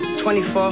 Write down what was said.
24